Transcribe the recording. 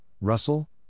Russell